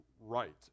right